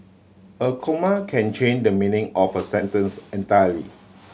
a comma can change the meaning of a sentence entirely